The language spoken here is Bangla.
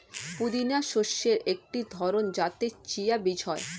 পুদিনা শস্যের একটি ধরন যাতে চিয়া বীজ হয়